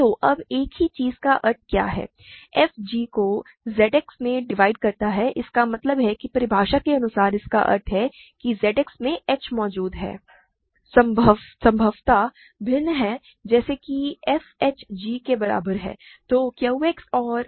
तो अब एक ही चीज़ का अर्थ क्या है f g को Z X में डिवाइड करता है इसका मतलब है कि परिभाषा के अनुसार इसका अर्थ है कि Z X में h मौजूद है संभवतः भिन्न है जैसे कि f h g के बराबर है